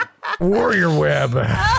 warriorweb